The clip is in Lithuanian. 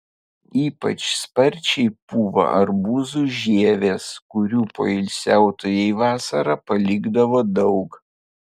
ypač sparčiai pūva arbūzų žievės kurių poilsiautojai vasarą palikdavo daug